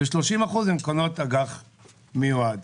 ו-30% הן קונות אג"ח מיועד.